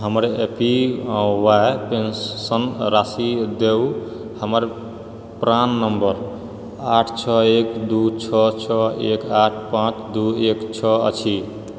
हमर A P Y pension राशि देउ हमर प्राण नम्बर आठ छओ एक दू छओ छओ एक आठ पांँच दू एक छओ अछि